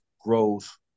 growth